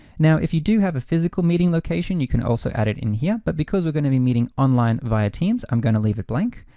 now if you do have a physical meeting location, you can also add it in here. but because we're gonna be meeting online via teams, i'm gonna leave it blank.